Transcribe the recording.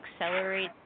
accelerate